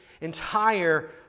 entire